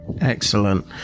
Excellent